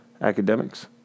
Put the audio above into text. academics